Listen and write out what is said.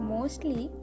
Mostly